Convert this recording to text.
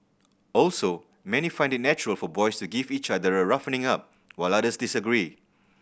also many find it natural for boys to give each other a roughening up while others disagree